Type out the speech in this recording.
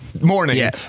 morning